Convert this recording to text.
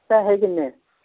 पैसे किन्ने